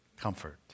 Comfort